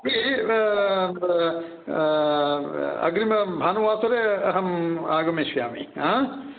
तर्हि अग्रिमभानुवासरे अहं आगमिष्यामि हा